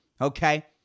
Okay